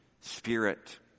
Spirit